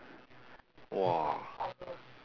!wah!